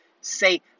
say